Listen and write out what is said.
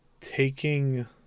taking